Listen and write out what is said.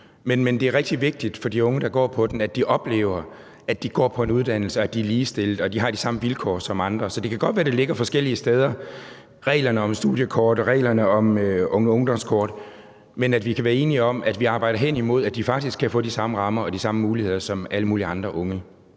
men det er rigtig vigtigt for de unge, der går på den, at de oplever, at de går på en uddannelse, og at de er ligestillet, og at de har de samme vilkår som andre. Så det kan godt være, det ligger forskellige steder, reglerne om studiekort, reglerne om ungdomskort, men kan vi være enige om, at vi arbejder hen imod, at de faktisk kan få de samme rammer og de samme muligheder som alle mulige andre unge?